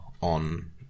on